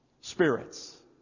spirits